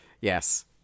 Yes